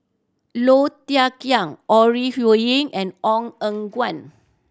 Low Thia Khiang Ore Huiying and Ong Eng Guan